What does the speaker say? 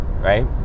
right